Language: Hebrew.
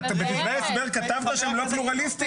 כתבת את זה בדברי ההסבר שהן לא פלורליסטיות.